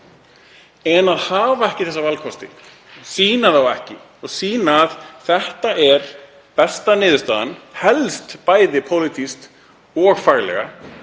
En að hafa ekki þessa valkosti, sýna þá ekki og sýna ekki að þetta sé besta niðurstaðan, helst bæði pólitískt og faglega,